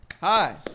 Hi